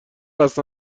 قصد